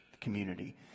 community